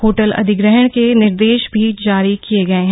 hotel अधिग्रहण के निर्देश भी जारी किये गए हैं